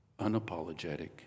unapologetic